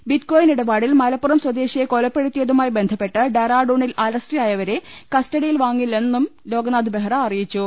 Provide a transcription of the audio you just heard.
bitcoin ഇടപാടിൽ മലപ്പുറം സ്വദേശിയെ കൊല പ്പെടുത്തിയതുമായി ബന്ധപ്പെട്ട് ഡെറാഡൂണിൽ അറസ്റ്റിലായവരെ കസ്റ്റഡിയിൽ വാങ്ങില്ലെന്നും ലോക്നാഥ് ബെഹ്റ അറിയിച്ചു